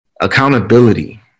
accountability